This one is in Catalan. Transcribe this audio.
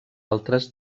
altres